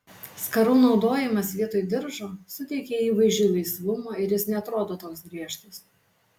skarų naudojimas vietoj diržo suteikia įvaizdžiui laisvumo ir jis neatrodo toks griežtas